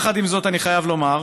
יחד עם זאת, אני חייב לומר,